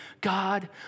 God